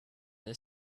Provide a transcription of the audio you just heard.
then